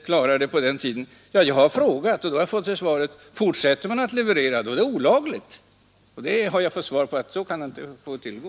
På fråga vad som sedan händer har jag fått svaret att om man efter denna tidsfrist fortsätter att leverera är det olagligt. Jag har fått det svaret och anser att så kan det inte få tillgå.